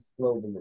globally